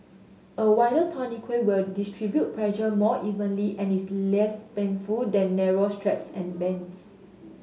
a wider tourniquet will distribute pressure more evenly and is less painful than narrow straps and bands